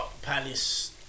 Palace